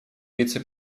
вице